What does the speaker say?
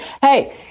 hey